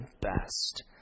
best